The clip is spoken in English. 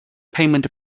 payment